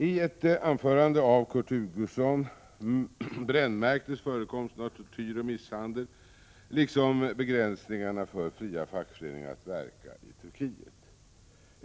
Iett anförande av Kurt Hugosson brännmärktes förekomsten av tortyr och misshandel, liksom begränsningarna för fria fackföreningar att verka i Turkiet.